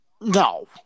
No